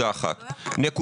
לא,